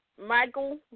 Michael